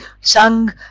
sung